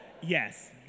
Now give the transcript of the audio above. yes